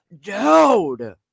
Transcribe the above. Dude